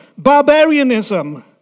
barbarianism